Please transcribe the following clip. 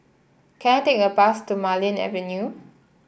can I take a bus to Marlene Avenue